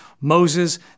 Moses